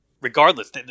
regardless